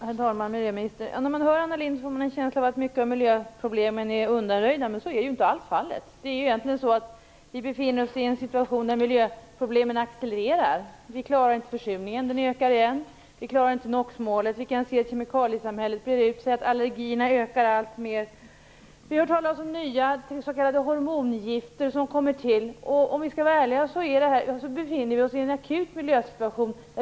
Herr talman! Miljöministern! När man hör Anna Lindh får man en känsla av att många av miljöproblemen är undanröjda. Så är det inte alls. Egentligen befinner vi oss i en situation där miljöproblemen accelererar. Vi klarar inte försurningen. Den ökar igen. Vi klarar inte NOx-målet. Vi kan se att kemikaliesamhället breder ut sig och att allergierna ökar alltmer. Vi hör talas om nya s.k. hormongifter. Om vi skall vara ärliga befinner vi oss i en akut miljösituation.